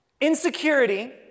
Insecurity